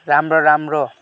राम्रो राम्रो